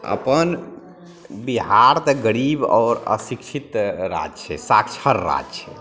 अपन बिहार तऽ गरीब आओर अशिक्षित राज्य छै साक्षर राज्य छै